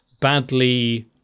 badly